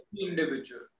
individual